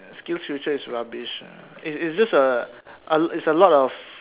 Skills-Future is rubbish lah it's it's just a it's a lot of